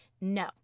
No